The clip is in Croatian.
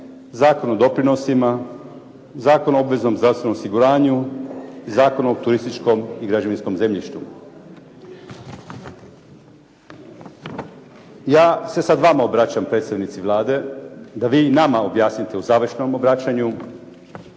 Zakon o doprinosima, Zakon o obveznom zdravstvenom osiguranju, Zakon o turističkom i građevinskom zemljištu. Ja se sad vama obraćam predstavnici Vlade da vi nama objasnite u završnom obraćanju